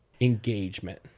engagement